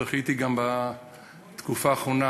זכיתי גם בתקופה האחרונה